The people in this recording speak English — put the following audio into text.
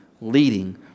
leading